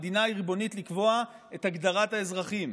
המדינה היא ריבונית לקבוע את הגדרת האזרחים,